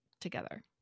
together